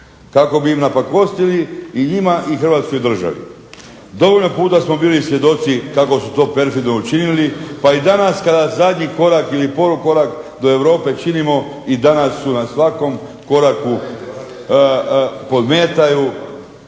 Kako bi im napakostili, i njima i Hrvatskoj državi. Dovoljno puta smo bili svjedoci kako su to perfidno učinili pa i danas kada zadnji korak ili polukorak do Europe činimo i danas su na svakom koraku podmeću,